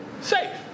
safe